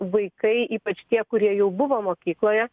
vaikai ypač tie kurie jau buvo mokykloje